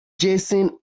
jason